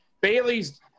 Bailey's